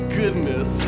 goodness